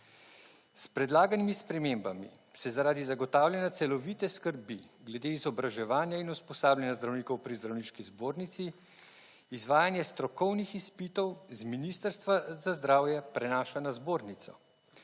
S predlaganimi spremembami se zaradi zagotavljanja celovite skrbi glede izobraževanja in usposabljanja zdravnikov pri zdravniški zbornici, izvajanje strokovnih izpitov z Ministrstva za zdravje prenaša na zbornico.